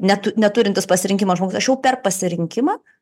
netu neturintis pasirinkimo žmogus aš jau per pasirinkimą